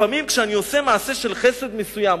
לפעמים כשאני עושה מעשה של חסד מסוים,